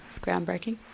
groundbreaking